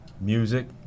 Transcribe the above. Music